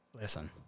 Listen